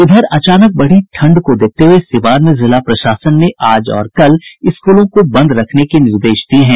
इधर अचानक बढ़ी ठंड को देखते हये सीवान में जिला प्रशासन ने आज और कल स्कूलों को बंद रखने के निर्देश दिये हैं